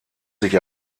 sich